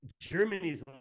Germany's